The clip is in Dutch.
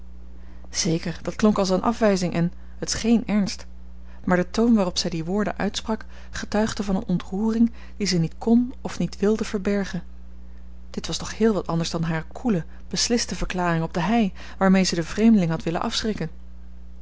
zeker dat klonk als eene afwijzing en het scheen ernst maar de toon waarop zij die woorden uitsprak getuigde van eene ontroering die zij niet kon of niet wilde verbergen dit was toch heel wat anders dan hare koele besliste verklaring op de hei waarmee zij den vreemdeling had willen afschrikken